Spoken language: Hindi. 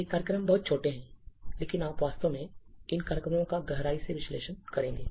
ये कार्यक्रम बहुत छोटे हैं लेकिन हम वास्तव में इन कार्यक्रमों का गहराई से विश्लेषण करेंगे